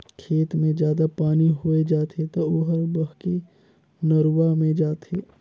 खेत मे जादा पानी होय जाथे त ओहर बहके नरूवा मे जाथे